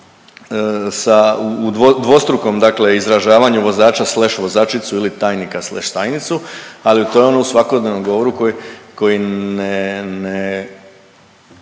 sa dvostrukom dakle izražavanju vozača slash vozačicu ili tajnika slash tajnicu, ali to je ono u svakodnevnom govoru koji ne,